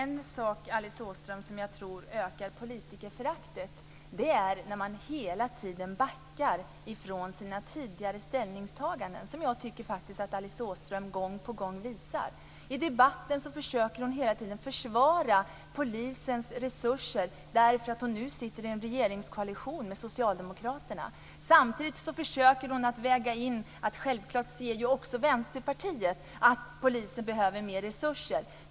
Herr talman! En sak som jag tror ökar politikerföraktet, Alice Åström, är när man hela tiden backar från sina tidigare ställningstaganden. Jag tycker faktiskt att Alice Åström gör det gång på gång. I debatten försöker hon hela tiden försvara polisens resurser därför att hon nu sitter i en regeringskoalition med Socialdemokraterna. Samtidigt försöker hon väga in att Vänsterpartiet självfallet också ser att polisen behöver mer resurser.